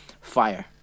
fire